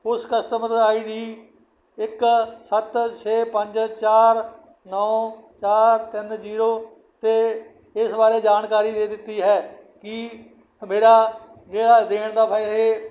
ਉਸ ਕਸਟਮਰ ਦਾ ਆਈਡੀ ਇੱਕ ਸੱਤ ਛੇ ਪੰਜ ਚਾਰ ਨੌਂ ਚਾਰ ਤਿੰਨ ਜੀਰੋ 'ਤੇ ਇਸ ਬਾਰੇ ਜਾਣਕਾਰੀ ਦੇ ਦਿੱਤੀ ਹੈ ਕਿ ਮੇਰਾ ਜਿਹੜਾ ਦੇਣ ਦਾ ਵੈਹੈ